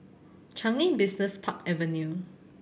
Changi Business Park Avenue